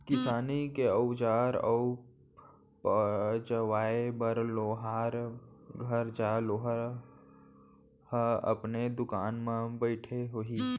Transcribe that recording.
किसानी के अउजार ल पजवाए बर लोहार घर जा, लोहार ह अपने दुकान म बइठे होही